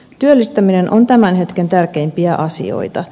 työllistäminen on tämän hetken tärkeimpiä asioita